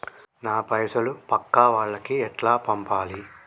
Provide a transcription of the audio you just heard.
నా పైసలు పక్కా వాళ్లకి ఎట్లా పంపాలి?